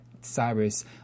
Cyrus